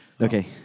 Okay